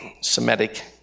Semitic